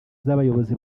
z’abayobozi